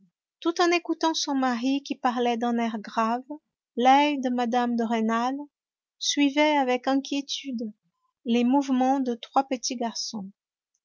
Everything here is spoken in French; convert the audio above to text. tout en écoutant son mari qui parlait d'un air grave l'oeil de mme de rênal suivait avec inquiétude les mouvements de trois petits garçons